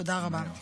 תודה רבה.